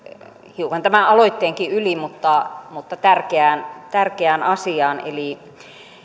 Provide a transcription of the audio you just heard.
hiukan tämän aloitteenkin yli mutta mutta tärkeään tärkeään asiaan eli